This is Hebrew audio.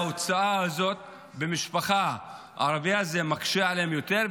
שההוצאה הזאת במשפחה ערבייה זה מקשה עליהם יותר,